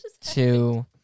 two